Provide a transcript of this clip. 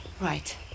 Right